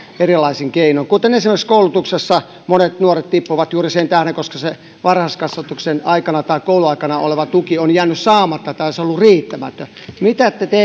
erilaisin keinoin esimerkiksi koulutuksesta monet nuoret tippuvat juuri sen tähden että varhaiskasvatuksen aikana tai kouluaikana se tuki on jäänyt saamatta tai se on ollut riittämätön mitä konkretiaa te